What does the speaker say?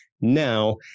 now